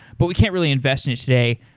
but we can't really invest in it today.